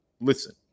listen